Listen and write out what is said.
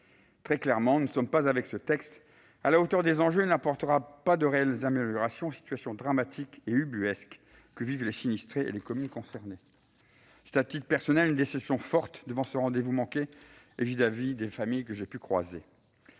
Très clairement, ce texte n'est pas à la hauteur des enjeux ; il n'apportera pas de réelle amélioration face aux situations dramatiques et ubuesques que vivent les sinistrés et les communes concernées. J'éprouve, à titre personnel, une déception forte devant ce rendez-vous manqué, notamment vis-à-vis des familles que j'ai pu croiser.